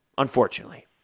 Unfortunately